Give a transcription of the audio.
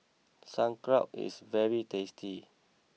Sauerkraut is very tasty